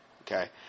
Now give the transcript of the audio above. Okay